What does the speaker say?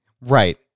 Right